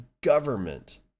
government